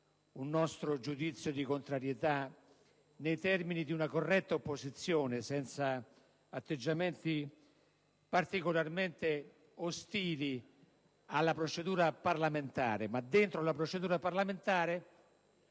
un nostro giudizio di contrarietà nei termini di una corretta opposizione, senza atteggiamenti particolarmente ostili alla procedura parlamentare. Ma dentro la stessa, vogliamo